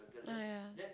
ah yeah